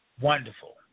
Wonderful